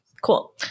Cool